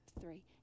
three